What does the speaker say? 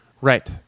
Right